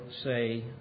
say